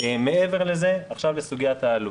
מעבר לזה, עכשיו לסוגיית העלות.